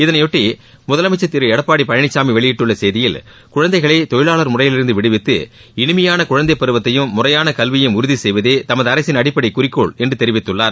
இதனையொட்டி முதலமைச்சர் திரு எடப்பாடி பழனிசாமி வெளியிட்டுள்ள செய்தியில் குழந்தைகளை தொழிலாளர் முறையிலிருந்து விடுவித்து இனிமையான குழந்தை பருவத்தையும் முறையான கல்வியையும் உறுதி செய்வதே தமது அரசின் அடிப்படை குறிக்கோள் என்று தெரிவித்துள்ளார்